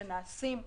שנעשים,